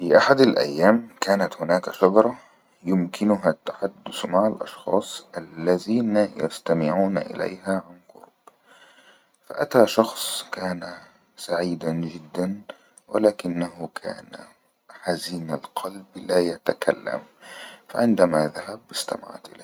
في أحد الأيام كانت هناك شجره يمكنها التحدس مع الأشخاص الذين يستمعون إليها عن قرب فأتى شخص كان سعيدان جدن ولكنه كان حزين القلب لا يتكلم فعندما ذهب استمعت إليه